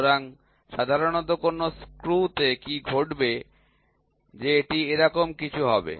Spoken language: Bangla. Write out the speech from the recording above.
সুতরাং সাধারণত কোনও স্ক্রুতে কী ঘটবে যে এটি এরকম কিছু হবে